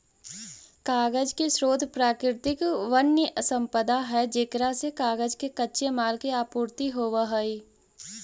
कागज के स्रोत प्राकृतिक वन्यसम्पदा है जेकरा से कागज के कच्चे माल के आपूर्ति होवऽ हई